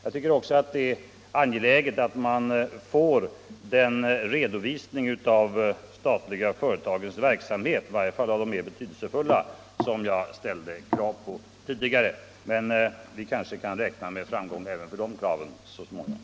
Ett tredje krav är att man får en redovisning av de statliga företagens verksamhet, i varje fall av de mera betydelsefulla. Vi kanske kan räkna med framgång även för de kraven så småningom.